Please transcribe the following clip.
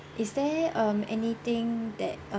is there um anything that